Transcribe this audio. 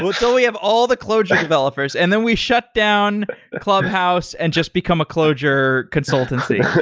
well, till we have all the clojure developers, and then we shut down clubhouse and just become a clojure consultancy.